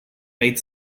made